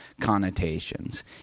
connotations